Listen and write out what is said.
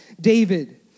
David